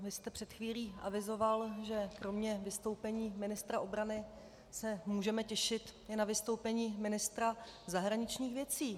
Vy jste před chvílí avizoval, že kromě vystoupení ministra obrany se můžeme těšit i na vystoupení ministra zahraničních věcí.